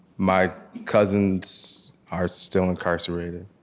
my cousins are still incarcerated.